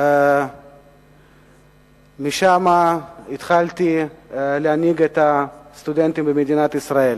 ושם התחלתי להנהיג את הסטודנטים במדינת ישראל.